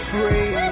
Free